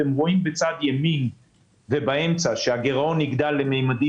אתם רואים בצד ימין ובאמצע שהגירעון יגדל לממדים